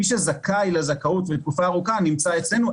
מי שזכאי לזכאות ולתקופה ארוכה נמצא אצלנו,